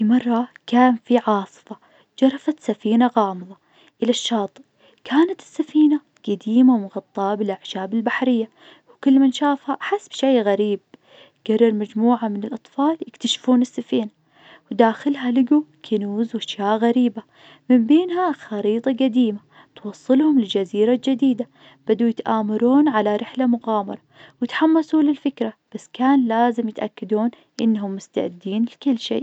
في مرة كان في عاصفة جرفت سفينة غامظة إلى الشاطئ، كانت السفينة قديمة ومغطاة بالأعشاب البحرية، وكل من شافها حس بشي غريب، قرر مجموعة من الأطفال يكتشفون السفينة وداخلها لقوا كنوز وأشياء غريبة من بينها خريطة قديمة توصلهم لجزيرة جديدة بدأوا يتآمرون على رحلة مغامرة وتحمسوا للفكرة بس كان لازم يتأكدون إنهم مستعدين لكل شي.